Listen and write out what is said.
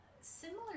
similar